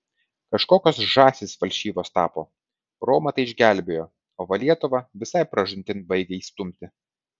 kažkokios žąsys falšyvos tapo romą tai išgelbėjo o va lietuvą visai pražūtin baigia įstumti